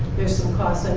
there's some cost.